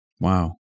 wow